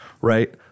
right